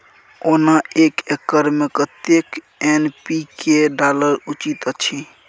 ओना एक एकर मे कतेक एन.पी.के डालब उचित अछि?